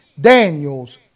Daniel's